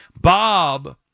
Bob